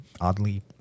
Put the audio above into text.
oddly